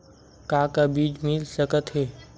का का बीज मिल सकत हे?